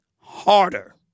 harder